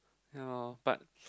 ya lor but